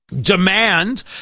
demand